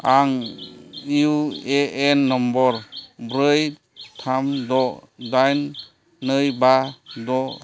आं U A N number ब्रै थाम द' दाइन नै बा द'